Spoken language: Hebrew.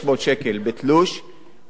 ולקשיש 300 שקלים?